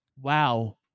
wow